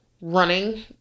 running